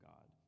God